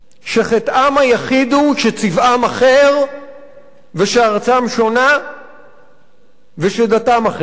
שחטאם היחיד הוא שצבעם אחר ושארצם שונה ושדתם אחרת.